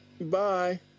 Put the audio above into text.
Bye